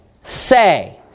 say